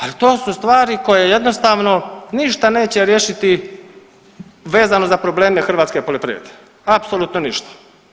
Ali to su stvari koje jednostavno ništa neće riješiti vezano za probleme hrvatske poljoprivrede apsolutno ništa.